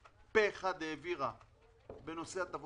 מגיעה ההטבה